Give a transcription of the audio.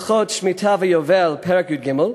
בהלכות שמיטה ויובל, פרק י"ג.